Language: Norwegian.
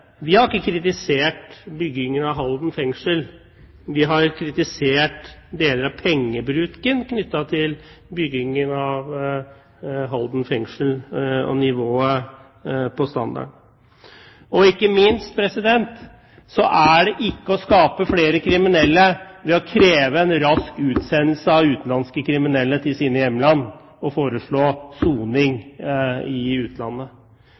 Vi har ikke kritisert byggingen av Halden fengsel. Vi har kritisert deler av pengebruken knyttet til byggingen av Halden fengsel og nivået på standarden. Og ikke minst: Man skaper ikke flere kriminelle ved å kreve en rask utsendelse av utenlandske kriminelle til deres hjemland og foreslå soning i utlandet!